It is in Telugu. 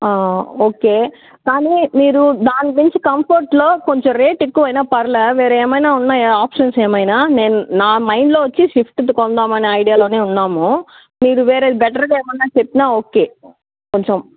ఆ ఓకే కాని మీరు దానికి మించి కంఫర్ట్లో కొంచెం రేట్ ఎక్కువ అయిన పర్లే వేరే ఏమైనా ఉన్నాయా ఆప్షన్స్ ఏవైనా నేను నా మైండ్లో వచ్చి స్విఫ్ట్ది కొందామనే ఐడియా లోనే ఉన్నాను మీరు వేరేది బెటర్గా ఏమన్నా చెప్పినా ఓకే కొంచెం